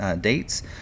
dates